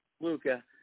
Luca